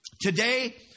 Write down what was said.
Today